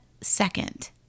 second